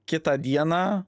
kitą dieną